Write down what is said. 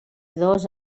dos